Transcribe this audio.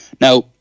Now